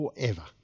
forever